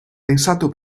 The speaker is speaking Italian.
pensato